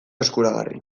eskuragarri